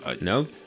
No